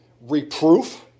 Reproof